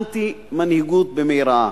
אנטי-מנהיגות במירעה.